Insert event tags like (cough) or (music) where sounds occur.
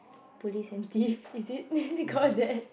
police and thief (laughs) is it (laughs) is it called that